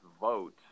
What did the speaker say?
vote